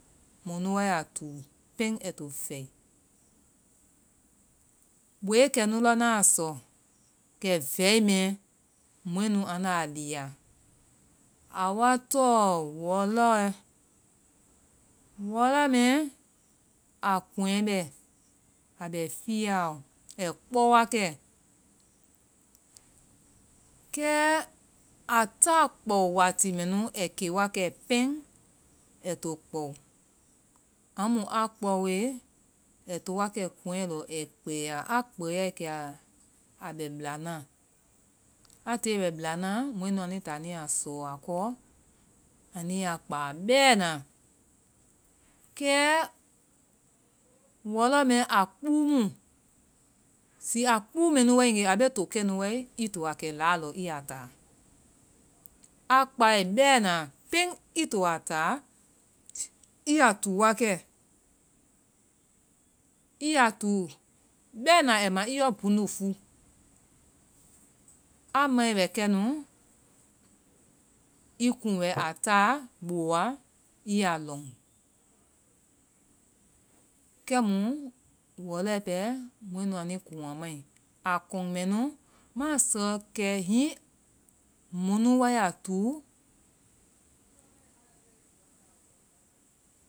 Mɔ nu wa ya tuu pɛŋ ai to fɛ. Boe kɛnu lɔ na sɔ, kɛ vɛi mɛ, mɔ nu anda lia, a wa tɔŋ wɔlɔɛ. Wɔlɔ mɛ, a kɔŋɛ bɛ. A bɛ fiiaɔ. Ai kpɔ wakɛ. Kɛ, a ta kpɔ wati mɛ nu ai ke wakɛ pɛŋ ai to kpɔ. Amu a kpɔe, ai to wakɛ kɔŋɛ lɔ ai kpɛya. A kpɛyae kɛ a bɛ bɛla na. A tiie wɛ bɛla na, mɔnu anui ta anu ya sɔ a kɔ. Anu ya kpa bɛna. Kɛ wɔlɔ mɛ, a kpuu mu. Zii a kpuu mɛ nu wae, a be to kɛ nu wae ii to a kɛ la lɔ ii ya taa. Ai kpae bɛna, pɛŋ ii to a taa, ii ya tuu wakɛ. Ii ya tuu bɛna ai ma ii yɔ bunufuu. A mae wɛ kɛnu, ii kuŋ wɛ a taa bo wa ii ya lɔŋ. Kɛmu wɔlɛ pɛ, mɔɛnu anui kɔŋ a mai. A kɔŋ mɛ nu, ma sɔ kɛ hiŋi mɔnu wa ya tuu